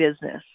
business